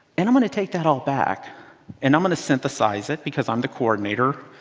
and i'm going to take that all back and i'm going to synthesize it, because i'm the coordinator.